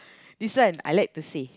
this one I like to say